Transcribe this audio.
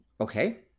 Okay